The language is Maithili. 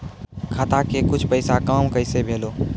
खाता के कुछ पैसा काम कैसा भेलौ?